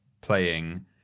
playing